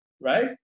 Right